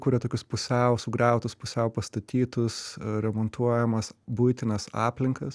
kuria tokius pusiau sugriautus pusiau pastatytus remontuojamas buitines aplinkas